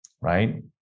right